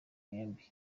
mwembi